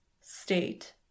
state